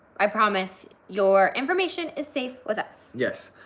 i promise, your information is safe with us. yes.